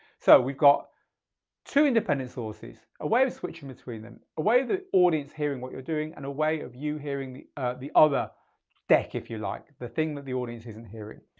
so we've got two independent sources, a way of switching between them, a way of the audience hearing what you're doing and a way of you hearing the the other tech if you like, the thing that the audience isn't hearing,